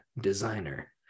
designer